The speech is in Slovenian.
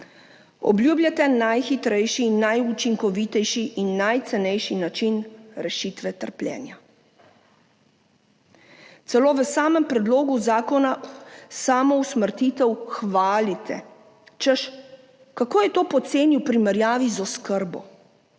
Obljubljate najhitrejši in najučinkovitejši in najcenejši način rešitve trpljenja. Celo v samem predlogu zakona samo usmrtitev hvalite, češ kako je to poceni v primerjavi z oskrbo.